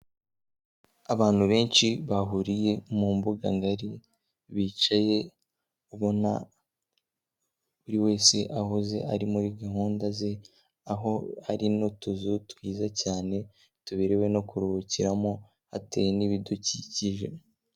Abantu benshi bahuriye mu mbuga ngari, bicaye ubona buri wese ahuze ari muri gahunda ze, aho hari n'utuzu twiza cyane tuberewe no kuruhukiramo, hateye n'ibidukikije.